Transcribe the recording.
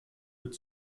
wird